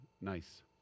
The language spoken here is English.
nice